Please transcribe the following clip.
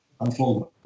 unfold